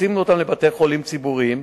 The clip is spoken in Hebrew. מוציאים אסירים לבתי-חולים ציבוריים,